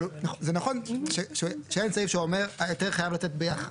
אבל זה נכון שאין סעיף שאומר שההיתר חייב לצאת ביחד.